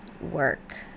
work